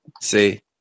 See